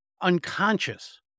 unconscious